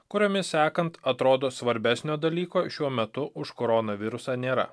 kuriomis sekant atrodo svarbesnio dalyko šiuo metu už koronavirusą nėra